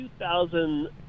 2000